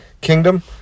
Kingdom